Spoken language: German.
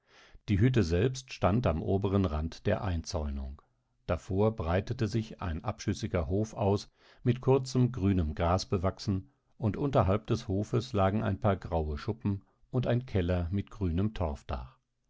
die hütte selbst stand am oberen rand der einzäunung davor breitete sich ein abschüssiger hof aus mit kurzem grünem gras bewachsen und unterhalb des hofes lagen ein paar graue schuppen und ein keller mit grünem torfdach es